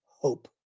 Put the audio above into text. hope